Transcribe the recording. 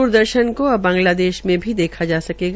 द्रदर्शन को अब बंगला देश में भी देखा जा सकेगा